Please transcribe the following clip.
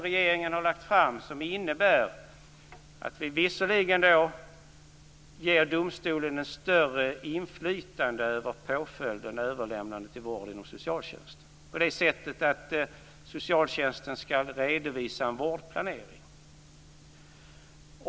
Regeringens förslag innebär att vi ger domstolen ett större inflytande över påföljden överlämnande till vård inom socialtjänst på så vis att socialtjänsten skall redovisa en vårdplanering.